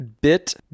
bit